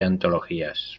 antologías